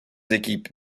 équipes